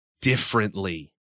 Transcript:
differently